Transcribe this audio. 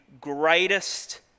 greatest